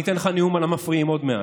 אני אתן לך נאום על המפריעים עוד מעט.